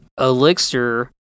elixir